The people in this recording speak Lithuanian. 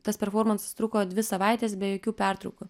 tas performansas truko dvi savaites be jokių pertraukų